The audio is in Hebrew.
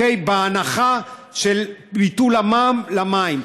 ההנחה בביטול המע"מ על מים.